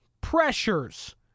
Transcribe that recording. pressures